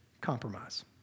compromise